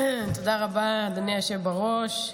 תודה רבה, אדוני היושב בראש.